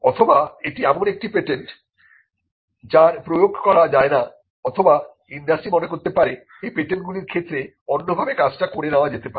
অথবা এটি এমন একটি পেটেন্ট যার প্রয়োগ করা যায় না অথবা ইন্ডাস্ট্রি মনে করতে পারে এই পেটেন্ট গুলির ক্ষেত্রে অন্যভাবে কাজটা করে নেওয়া যেতে পারে